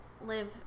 live